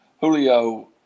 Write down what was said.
Julio